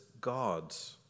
God's